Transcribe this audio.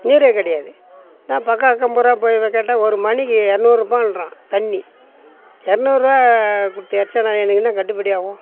நீரே கிடையாது நான் பக்கம் அக்கம் பூரா போயி கேட்டால் ஒரு மணிக்கு இரநூறுபான்றான் தண்ணி இரநூறுவா கொடுத்து இறைச்சா நான் எனக்கு என்ன கட்டுப்படியாகும்